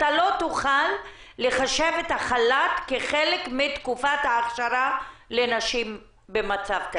אתה לא תוכל לחשב את החל"ת כחלק מתקופת ההכשרה לנשים במצב כזה.